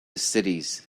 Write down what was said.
cities